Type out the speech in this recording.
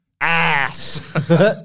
ass